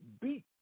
beat